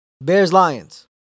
Bears-Lions